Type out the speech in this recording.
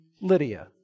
Lydia